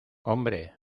hombre